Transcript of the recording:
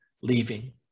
leaving